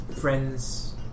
friend's